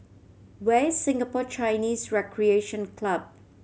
where is Singapore Chinese Recreation Club